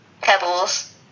pebbles